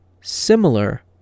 similar